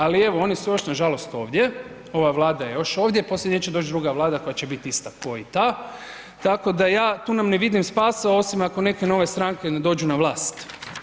Ali evo oni su još nažalost ovdje, ova Vlada je još ovdje, poslije nje će doći druga Vlada koja će biti ista ko i ta, tako da ja tu nam ne vidim spasa osim ako neke nove stranke ne dođu na vlast.